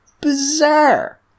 bizarre